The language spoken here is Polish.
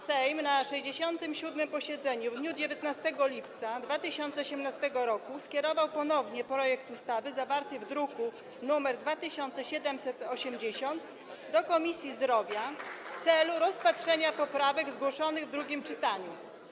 Sejm na 67. posiedzeniu w dniu 19 lipca 2018 r. skierował ponownie projekt ustawy zawarty w druku nr 2780 do Komisji Zdrowia w celu rozpatrzenia poprawek zgłoszonych w drugim czytaniu.